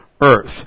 earth